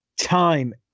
time